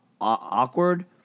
awkward